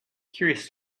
curious